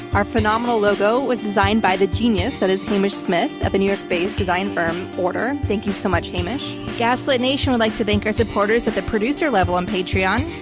our phenomenal logo was designed by the genius that is hamish smith at the new york based design firm order. thank you so much hamish. gaslit nation would like to thank our supporters at the producer level on patreon,